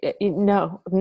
no